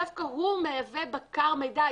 דווקא הוא מהווה בקר מידע,